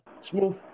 Smooth